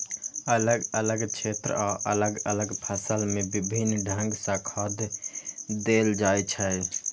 अलग अलग क्षेत्र आ अलग अलग फसल मे विभिन्न ढंग सं खाद देल जाइ छै